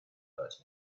hurt